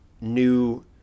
new